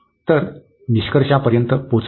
तर निष्कर्षापर्यंत पोचत आहे